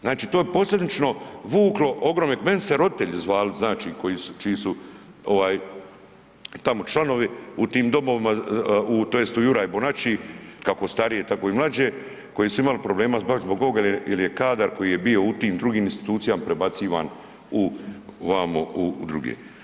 Znači to je posljedično vuklo ogromne, mene se roditelji zvali znači koji su, čiju su ovaj tamo članovi u tim domovima tj. u Juraj Bonači, kako starije tako i mlađe koji su imali problema baš zbog ovoga jer je kadar koji je bio u tim drugim institucijama prebacivan u vamo u druge.